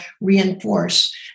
reinforce